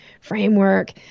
framework